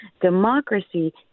Democracy